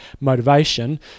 motivation